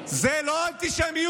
זה לא אנטישמיות?